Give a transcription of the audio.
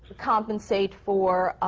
compensate for